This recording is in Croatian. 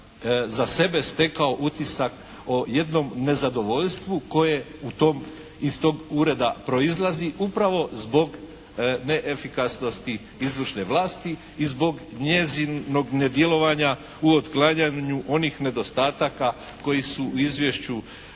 za sebe stekao utisak o jednom nezadovoljstvu koje u tom, iz tog ureda proizlazi upravo zbog neefikasnosti izvršne vlasti i zbog njezinog nedjelovanja u otklanjanju onih nedostataka koji su u izvješću